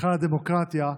היכל הדמוקרטיה,